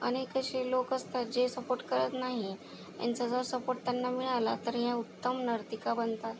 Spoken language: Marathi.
अनेक असे लोक असतात जे सपोर्ट करत नाही यांचा जर सपोर्ट त्यांना मिळाला तर ह्या उत्तम नर्तिका बनतात